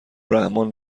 رحمان